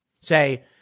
say